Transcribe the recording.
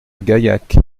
gaillac